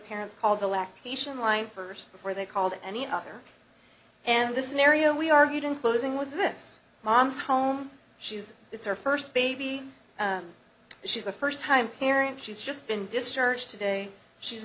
parents call the lactation line first before they called any other and the scenario we argued in closing was this mom's home she's it's her first baby she's a first time parent she's just been discharged today she's